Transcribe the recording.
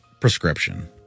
prescription